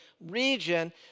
region